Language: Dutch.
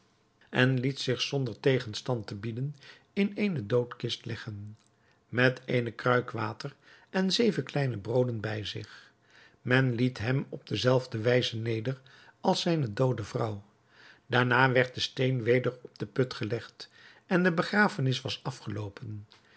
en liet zich zonder tegenstand te bieden in eene doodkist leggen met eene kruik water en zeven kleine brooden bij zich men liet hem op dezelfde wijze neder als zijne doode vrouw daarna werd den steen weder op den put gelegd en de begrafenis was afgeloopen